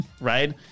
right